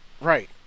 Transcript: Right